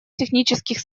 технических